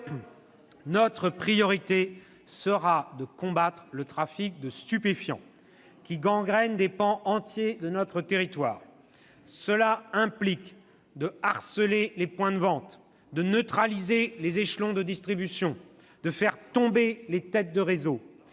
notre priorité sera de combattre le trafic de stupéfiants, qui gangrène des pans entiers de notre territoire. Cela implique de harceler les points de vente, de neutraliser les échelons de distribution, de faire tomber les têtes de réseaux.